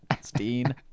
Stein